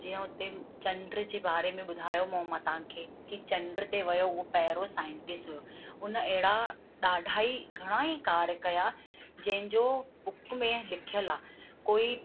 जीअं हुते चंड जे बारे में ॿुधायो हुयो मां तव्हांखे की चंड ते वियो उहो पहिरों साइंटिस्ट हुयो हुन अहिड़ा ॾाढा ई घणाई कार्य कया जंहिंजो बुक में लिखियलु आहे कोई